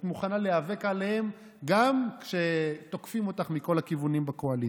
את מוכנה להיאבק עליהם גם כשתוקפים אותך מכל הכיוונים בקואליציה,